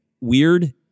weird